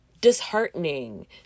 disheartening